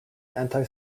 anti